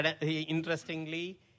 interestingly